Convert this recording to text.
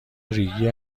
ریگی